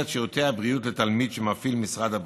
שירותי הבריאות לתלמיד שמפעיל משרד הבריאות.